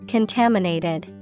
Contaminated